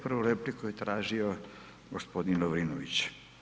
Prvu repliku je tražio gospodin Lovrinović.